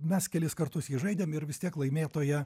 mes kelis kartus jį žaidėm ir vis tiek laimėtoją